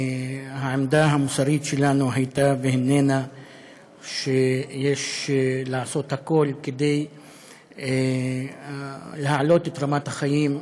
העמדה המוסרית שלנו הייתה והנה שיש לעשות הכול כדי להעלות את רמת החיים.